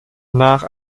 nach